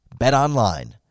BetOnline